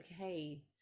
okay